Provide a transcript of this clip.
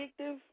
addictive